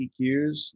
EQs